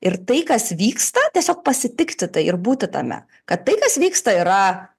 ir tai kas vyksta tiesiog pasitikti tai ir būti tame kad tai kas vyksta yra